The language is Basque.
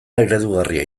eredugarria